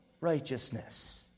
righteousness